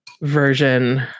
version